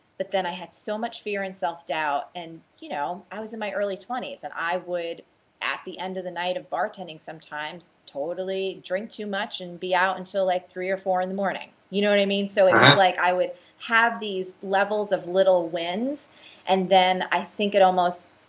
but then i had so much fear and self doubt and, you know, i was in my early twenty s. and i would at the end of the night of bartending sometimes totally drink too much and be out until like three or four in the morning. you know what i mean? so it was like i would have these levels of little wins and then i think it almost.